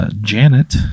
Janet